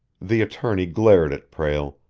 the attorney glared at prale,